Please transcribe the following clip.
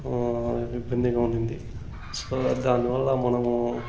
ఇబ్బందిగా ఉన్నింది సో దాని వల్ల మనము